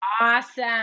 Awesome